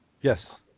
Yes